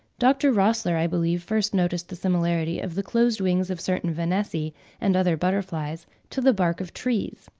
dr. rossler, i believe, first noticed the similarity of the closed wings of certain vanessae and other butterflies to the bark of trees.